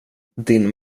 din